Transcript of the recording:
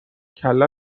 کله